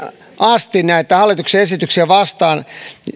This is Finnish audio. asti näitä hallituksen esityksiä vastaan